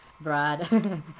Brad